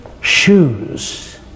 shoes